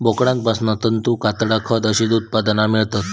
बोकडांपासना तंतू, कातडा, खत अशी उत्पादना मेळतत